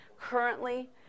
Currently